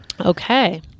Okay